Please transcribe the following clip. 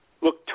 look